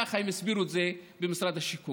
ככה הם הסבירו את זה במשרד השיכון,